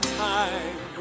time